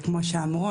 כמו שאמרו,